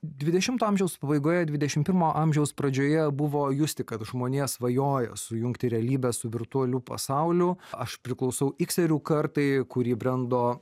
dvidešimto amžiaus pabaigoje dvidešim pirmo amžiaus pradžioje buvo justi kad žmonija svajoja sujungti realybę su virtualiu pasauliu aš priklausau ikserių kartai kuri brendo